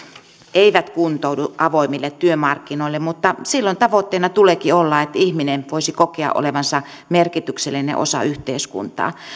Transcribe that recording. eivät kuntoudu avoimille työmarkkinoille mutta silloin tavoitteena tuleekin olla että ihminen voisi kokea olevansa merkityksellinen osa yhteiskuntaa